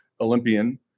Olympian